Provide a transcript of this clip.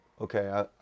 okay